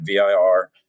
VIR